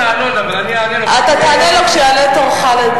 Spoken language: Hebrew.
אני מצטט חברי כנסת.